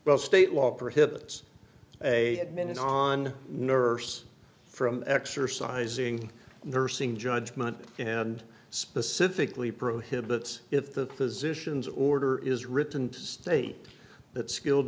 well state law prohibits a minute on nurse from exercising nursing judgement and specifically prohibits if the physicians order is written to state that skilled